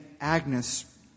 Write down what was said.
Agnes